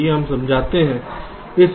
आइए हम समझते हैं